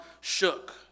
shook